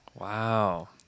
Wow